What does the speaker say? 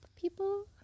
people